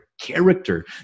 character